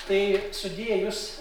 tai sudėjus